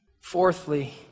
Fourthly